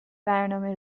برنامه